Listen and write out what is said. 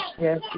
yes